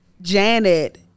Janet